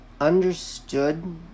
understood